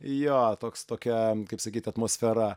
jo toks tokia kaip sakyt atmosfera